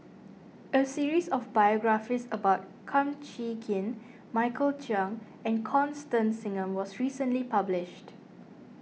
a series of biographies about Kum Chee Kin Michael Chiang and Constance Singam was recently published